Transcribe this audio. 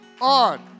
on